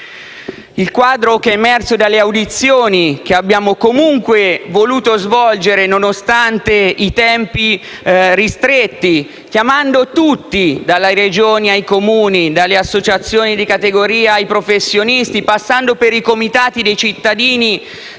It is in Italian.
Il quadro emerso dalle audizioni che abbiamo comunque voluto svolgere, nonostante i tempi ristretti, chiamando tutti, dalle Regioni ai Comuni, dalle associazioni di categoria ai professionisti, passando per i comitati dei cittadini,